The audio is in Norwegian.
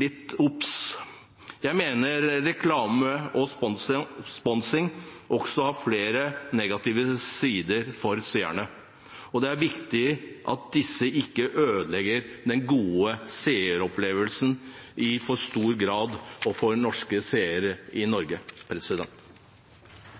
litt obs: Jeg mener reklame og sponsing også har flere negative sider for seerne, og det er viktig at disse ikke ødelegger den gode seeropplevelsen i for stor grad for norske seere i Norge.